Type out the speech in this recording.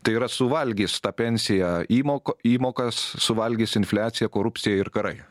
tai yra suvalgys tą pensiją įmoko įmokas suvalgys infliacija korupcija ir karai